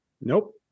Nope